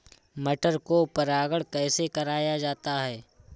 मटर को परागण कैसे कराया जाता है?